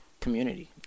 community